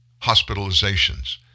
hospitalizations